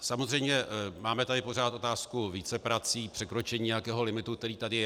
Samozřejmě tady máme pořád otázku víceprací, překročení nějakého limitu, který tady je.